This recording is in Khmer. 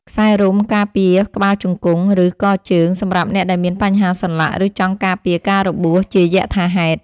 ខ្សែរុំការពារក្បាលជង្គង់ ឬកជើងសម្រាប់អ្នកដែលមានបញ្ហាសន្លាក់ ឬចង់ការពារការរបួសជាយថាហេតុ។